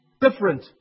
different